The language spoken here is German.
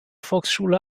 volksschule